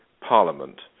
parliament